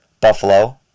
Buffalo